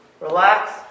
relax